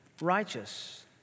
righteous